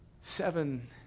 seven